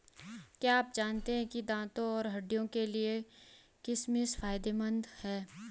क्या आप जानते है दांत और हड्डियों के लिए किशमिश फायदेमंद है?